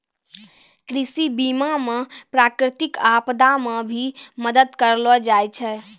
कृषि बीमा मे प्रकृतिक आपदा मे भी मदद करलो जाय छै